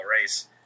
race